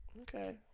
Okay